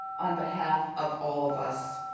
on behalf of all of us,